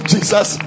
Jesus